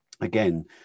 Again